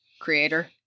creator